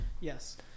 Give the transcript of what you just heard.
Yes